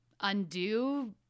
undo